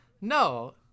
No